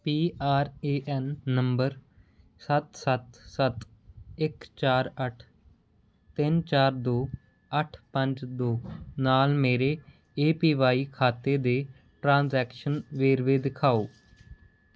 P R A N number ਸੱਤ ਸੱਤ ਸੱਤ ਇੱਕ ਚਾਰ ਅੱਠ ਤਿੰਨ ਚਾਰ ਦੋ ਅੱਠ ਪੰਜ ਦੋ ਨਾਲ ਮੇਰੇ ਏ ਪੀ ਵਾਈ ਖਾਤੇ ਦੇ ਟ੍ਰਾਂਸੈਕਸ਼ਨ ਵੇਰਵੇ ਦਿਖਾਓ